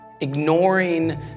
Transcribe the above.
ignoring